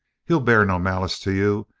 he'll bear no malice to you.